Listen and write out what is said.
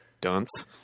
dunce